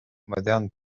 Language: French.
moderne